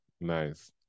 Nice